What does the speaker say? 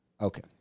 Okay